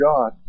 God